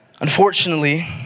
Unfortunately